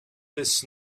this